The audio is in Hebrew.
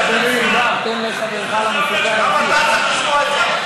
חברי וחברותי חברות הכנסת,